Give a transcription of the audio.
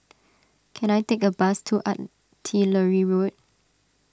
can I take a bus to Artillery Road